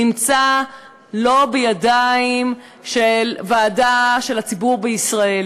נמצא לא בידיים של ועדה של הציבור בישראל,